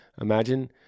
imagine